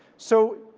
so,